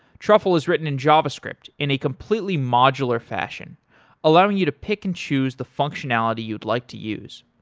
truffle is written in javascript in a completely modular fashion allowing you to pick and choose the functionality you'd like to use.